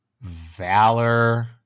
Valor